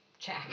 check